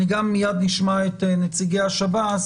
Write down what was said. מיד גם נשמע את נציגי השב"ס.